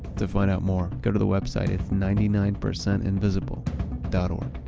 to find out more, go to the website. it's ninety nine percentinvisible dot o